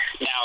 Now